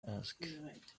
asked